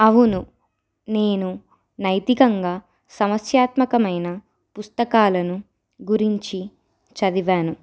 అవును నేను నైతికంగా సమస్యాత్మకమైన పుస్తకాలను గురించి చదివాను